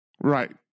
Right